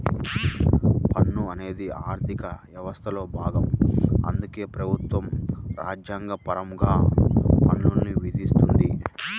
పన్ను అనేది ఆర్థిక వ్యవస్థలో భాగం అందుకే ప్రభుత్వం రాజ్యాంగపరంగా పన్నుల్ని విధిస్తుంది